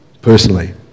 personally